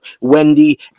Wendy